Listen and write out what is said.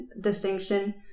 distinction